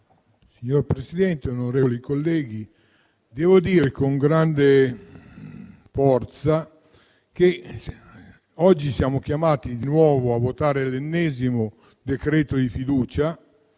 Signor Presidente, onorevoli colleghi, devo dire con grande forza che oggi siamo chiamati di nuovo a votare l'ennesima questione di fiducia